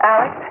Alex